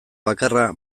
bakarra